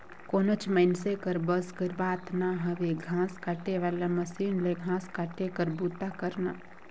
कोनोच मइनसे कर बस कर बात ना हवे घांस काटे वाला मसीन ले घांस काटे कर बूता करना